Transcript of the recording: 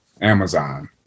Amazon